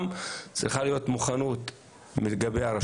צריכה להיות גם מוכנות מהרשויות,